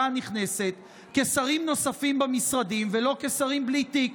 הנכנסת כשרים נוספים במשרדים ולא כשרים בלי תיק.